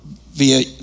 via